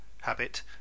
habit